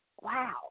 Wow